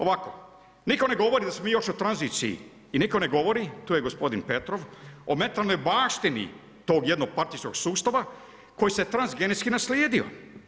Ovako, nitko ne govori da smo mi još u tranziciji i nitko ne govori, tu je gospodin Petrov o metalnoj baštini tog jednog partijskog sustava, koji se trans genetski naslijedio.